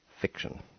fiction